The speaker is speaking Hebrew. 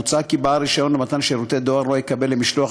מוצע כי בעל רישיון למתן שירותי דואר לא יקבל למשלוח